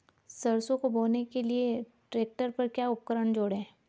सरसों को बोने के लिये ट्रैक्टर पर क्या उपकरण जोड़ें?